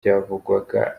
byavugwaga